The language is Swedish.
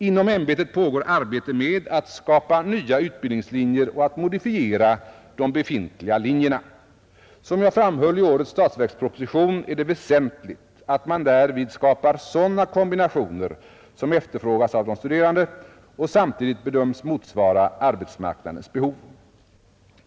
Inom ämbetet pågår arbete med att skapa nya utbildningslinjer och att modifiera de befintliga linjerna. Som jag framhöll i årets statsverksproposition är det väsentligt att man därvid skapar sådana kombinationer som efterfrågas av de studerande och samtidigt bedöms motsvara arbetsmarknadens behov.